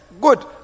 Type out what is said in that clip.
good